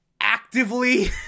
actively